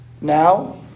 Now